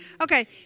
okay